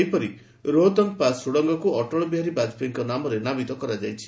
ସେହିପରି ରୋହତଙ୍ଗ ପାସ୍ ସୁଡ଼ଙ୍ଗକୁ ଅଟଳବିହାରୀ ବାଜପେୟୀଙ୍କ ନାମରେ ନାମିତ କରାଯାଇଛି